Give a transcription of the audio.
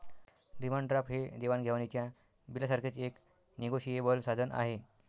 demand draft हे देवाण घेवाणीच्या बिलासारखेच एक निगोशिएबल साधन आहे